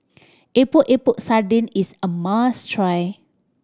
Epok Epok Sardin is a must try